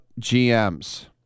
GMs